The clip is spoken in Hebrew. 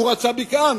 הוא רצה בקעה?